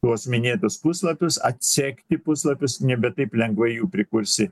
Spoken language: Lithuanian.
tuos minėtus puslapius atsekti puslapius nebe taip lengva jų prikursi